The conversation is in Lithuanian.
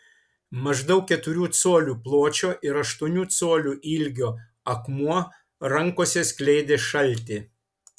maždaug keturių colių pločio ir aštuonių colių ilgio akmuo rankose skleidė šaltį